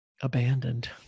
abandoned